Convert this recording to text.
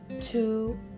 two